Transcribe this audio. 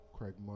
Craig